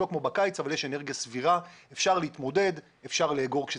לא כמו בקיץ אבל יש אנרגיה סבירה ואפשר להתמודד ולאגור כשצריך.